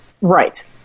Right